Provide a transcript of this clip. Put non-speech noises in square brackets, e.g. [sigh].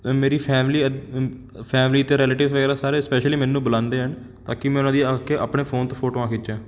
ਮੇਰੀ family [unintelligible] family ਅਤੇ relatives ਵਗੈਰਾ ਸਾਰੇ ਸਪੈਸ਼ਲੀ ਮੈਨੂੰ ਬੁਲਾਉਂਦੇ ਆ ਤਾਂ ਕਿ ਮੈਂ ਉਹਨਾਂ ਦੀ ਆ ਕੇ ਆਪਣੇ ਫੋਨ 'ਤੇ ਫੋਟੋਆਂ ਖਿੱਚਾਂ